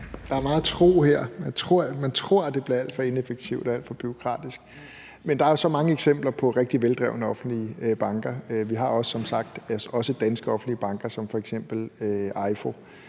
Der er meget tro her. Man tror, at det bliver alt for ineffektivt og alt for bureaukratisk. Men der er jo så mange eksempler på rigtig veldrevne offentlige banker. Vi har som sagt også danske offentlige banker som f.eks. EIFO,